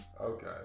Okay